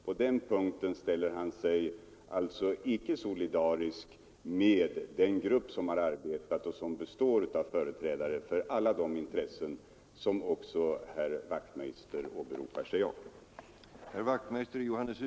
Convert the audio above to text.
På den punkten ställer han sig alltså icke solidarisk med den grupp som har arbetat och som består av företrädare för alla de intressen som också herr Wachtmeister åberopar sig på.